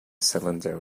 cylinder